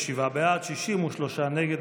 בעד, 63 נגד.